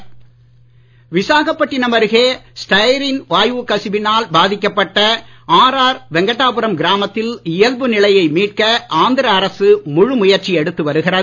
Visakhapatnam Visakhapatnam அருகே styrene வாயுக் கசிவினால் பாதிக்கப்பட்ட ஆர் ஆர் வெங்கடாபுரம் கிராமத்தில் இயல்பு நிலையை மீட்க ஆந்திர அரசு முழு முயற்சி எடுத்து வருகிறது